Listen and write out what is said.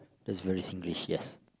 that's very Singlish yes